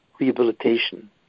rehabilitation